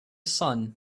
sun